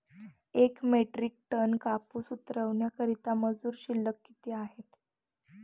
एक metric tonne कापूस उतरवण्याकरता मजूर शुल्क किती आहे?